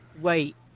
wait